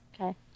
Okay